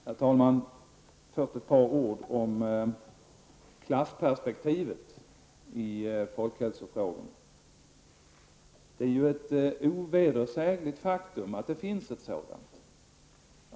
Herr talman! Först ett par ord om klassperspektivet i folkhälsofrågorna. Det är ett ovedersägligt faktum att det finns ett sådant.